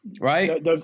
right